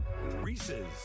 Reese's